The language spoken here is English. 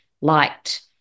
liked